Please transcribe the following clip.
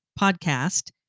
podcast